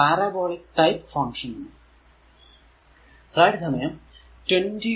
അതൊരു parabolic type function ആണ്